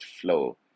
flow